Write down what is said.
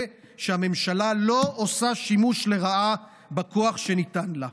שהממשלה לא עושה שימוש לרעה בכוח שניתן לה.